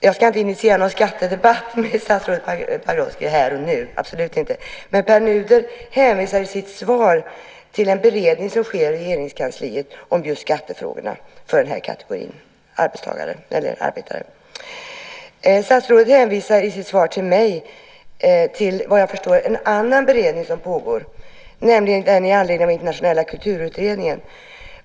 Jag ska inte initiera någon skattedebatt med statsrådet Pagrotsky här och nu - absolut inte - men Pär Nuder hänvisade i sitt svar till en beredning som sker i Regeringskansliet och som gäller just skattefrågorna för den här kategorin arbetare. Statsrådet hänvisar i sitt svar till mig till såvitt jag förstår en annan beredning som pågår, nämligen en beredning med anledning av Internationella kulturutredningen.